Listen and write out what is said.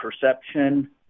perception